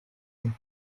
him